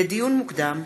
לדיון מוקדם: